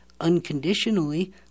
unconditionally